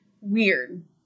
weird